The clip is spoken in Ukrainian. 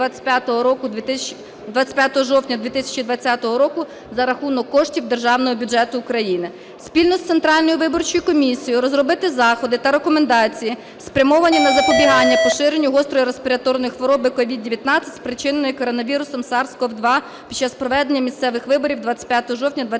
25 жовтня 2020 року за рахунок коштів державного бюджету України. Спільно з Центральною виборчою комісією розробити заходи та рекомендації, спрямовані на запобігання поширенню гострої респіраторної хвороби COVID-19, спричиненої коронавірусом SARS-CoV-2, під час проведення місцевих виборів 25 жовтня 2020 року